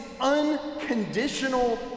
unconditional